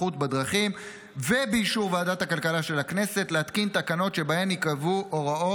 בדרכים ובאישור ועדת הכלכלה של הכנסת להתקין תקנות שבהן ייקבעו הוראות